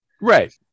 Right